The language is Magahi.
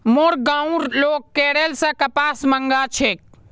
मोर गांउर लोग केरल स कपास मंगा छेक